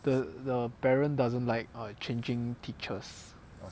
the the parent doesn't like err changing teachers